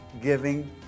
giving